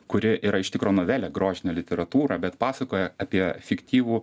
kuri yra iš tikro novelė grožinė literatūra bet pasakoja apie fiktyvų